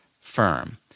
firm